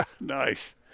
Nice